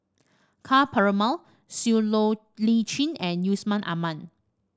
Ka Perumal Siow Low Lee Chin and Yusman Aman